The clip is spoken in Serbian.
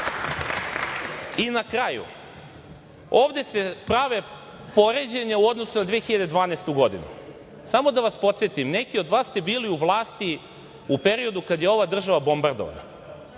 kraju, ovde se prave poređenja u odnosu na 2012. godinu. Samo da vas podsetim – neki od vas ste bili u vlasti u periodu kada je ova država bombardovana,